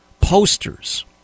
posters